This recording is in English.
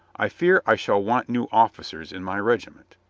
i fear i shall want new officers in my regiment.